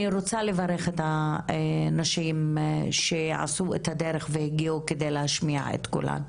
אני רוצה לברך את הנשים שעשו את הדרך והגיעו כדי להשמיע את קולן.